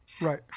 Right